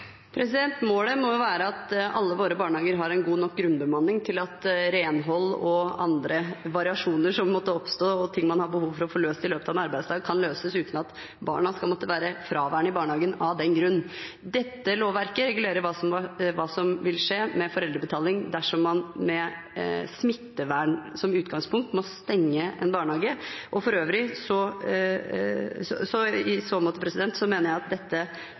Målet må være at alle våre barnehager har en god nok grunnbemanning til at renhold og andre variasjoner som måtte oppstå, og ting man har behov for å få løst i løpet av en arbeidsdag, kan løses uten at barna skal måtte være fraværende fra barnehagen av den grunn. Dette lovverket regulerer hva som vil skje med foreldrebetaling dersom man med smittevern som utgangspunkt må stenge en barnehage. I så måte mener jeg at dette forslaget ikke nødvendigvis hører hjemme akkurat her. Når det er sagt, er det åpenbart en utfordring mange steder – jeg